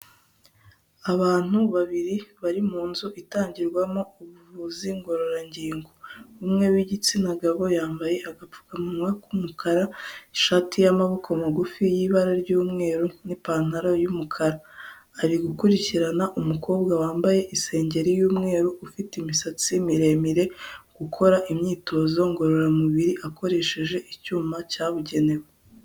Abantu babiri bari mu nzu itangirwamo ubuvuzi ngororangingo, umwe w'igitsina gabo yambaye agapfukamunwa k'umukara, ishati y'amaboko magufi y'ibara ry'umweru n'ipantaro y'umukara, ari gukurikirana umukobwa wambaye isengeri y'umweru ufite imisatsi miremire, ukora imyitozo ngororamubiri akoresheje icyuma cyabugenewe.